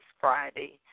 Friday